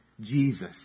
Jesus